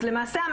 למעשה,